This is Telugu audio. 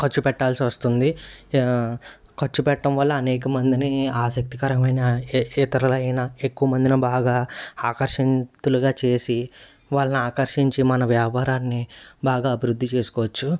ఖర్చు పెట్టాల్సి వస్తుంది ఖర్చు పెట్టడం వల్ల అనేకమందిని ఆసక్తికరమైన ఇతరులైన ఎక్కువ మందిని బాగా ఆకర్షవంతులుగా చేసి వాళ్ళని ఆకర్షించి మన వ్యాపారాన్ని బాగా అభివృద్ధి చేసుకోవచ్చు